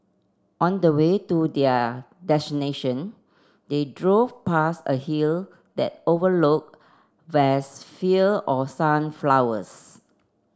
on the way to their destination they drove past a hill that overlooked vast fields of sunflowers